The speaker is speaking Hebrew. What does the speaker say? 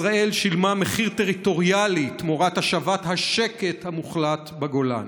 ישראל שילמה מחיר טריטוריאלי תמורת השבת השקט המוחלט בגולן.